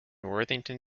worthington